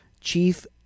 chief